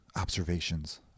observations